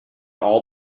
all